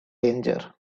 danger